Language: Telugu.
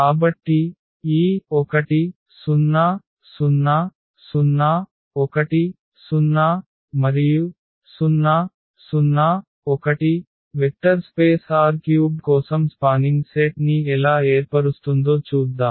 కాబట్టి ఈ 1 0 0 0 1 0 0 0 1 వెక్టర్ స్పేస్ R³ కోసం స్పానింగ్ సెట్ ని ఎలా ఏర్పరుస్తుందో చూద్దాం